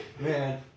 Man